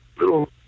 little